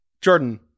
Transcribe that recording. Jordan